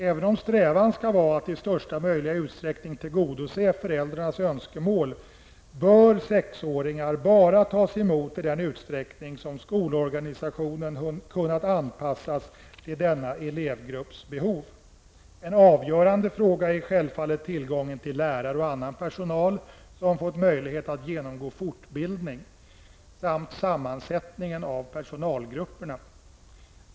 Även om strävan skall vara att i största möjliga utsträckning tillgodose föräldrarnas önskemål, bör sexåringar tas emot bara i den utsträckning som skolorganisationen kunnat anpassas till denna elevgrupps behov. En avgörande fråga är självfallet tillgången på lärare och annan personal som fått möjlighet att genomgå fortbildning samt sammansättningen av personalgrupperna.